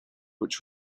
which